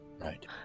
Right